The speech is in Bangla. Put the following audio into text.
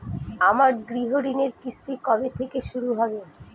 আমার গৃহঋণের কিস্তি কবে থেকে শুরু হবে?